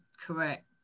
Correct